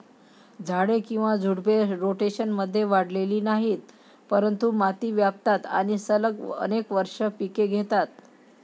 झाडे किंवा झुडपे, रोटेशनमध्ये वाढलेली नाहीत, परंतु माती व्यापतात आणि सलग अनेक वर्षे पिके घेतात